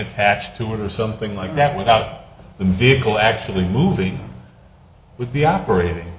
attached to it or something like that without the vehicle actually moving would be operating